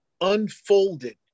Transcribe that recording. unfolded